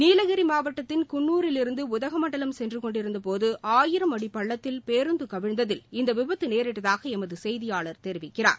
நீலகிரி மாவட்டத்தின் குன்னூரிலிருந்து உதகமண்டலம் சென்று கொண்டிருந்த போது ஆயிரம் அடி பள்ளத்தாக்கில் பேருந்து கவிழ்ந்ததில் இந்த விபத்து நேரிட்டதாக எமது செய்தியாளர் தெரிவிக்கிறார்